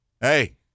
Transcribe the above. hey –